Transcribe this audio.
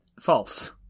False